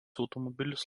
automobilis